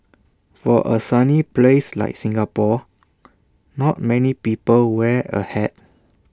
for A sunny place like Singapore not many people wear A hat